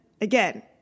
again